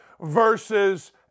versus